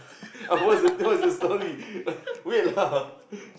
of what's the what's the story weird lah